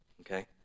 Okay